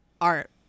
Art